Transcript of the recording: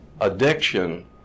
addiction